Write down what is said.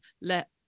let